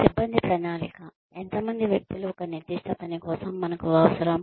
సిబ్బంది ప్రణాళిక ఎంతమంది వ్యక్తులు ఒక నిర్దిష్ట పని కోసం మనకు అవసరం